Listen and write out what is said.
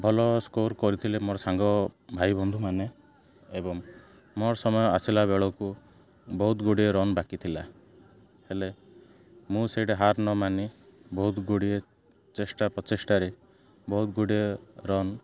ଭଲ ସ୍କୋର୍ କରିଥିଲେ ମୋର ସାଙ୍ଗ ଭାଇ ବନ୍ଧୁମାନେ ଏବଂ ମୋର୍ ସମୟ ଆସିଲା ବେଳକୁ ବହୁତ ଗୁଡ଼ିଏ ରନ୍ ବାକିଥିଲା ହେଲେ ମୁଁ ସେଇଠି ହାର ନି ବହୁତ ଗୁଡ଼ିଏ ଚେଷ୍ଟା ପ୍ରଚେଷ୍ଟାରେ ବହୁତ ଗୁଡ଼ିଏ ରନ୍